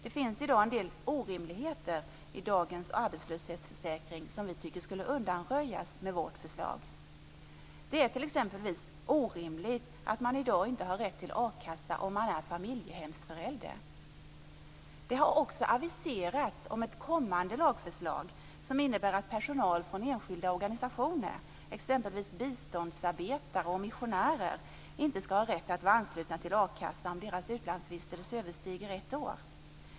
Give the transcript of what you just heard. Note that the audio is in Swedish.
Det finns i dag en del orimligheter i dagens arbetslöshetsförsäkring som skulle undanröjas med vårt förslag. Det är t.ex. orimligt att man inte har rätt till akassa om man familjehemsförälder. Det har också aviserats om ett kommande lagförslag som innebär att personal från enskilda organisationer, t.ex. biståndsarbetare och missionärer, inte skall ha rätt att vara anslutna till a-kassan om deras utlandsvistelse överstiger ett år.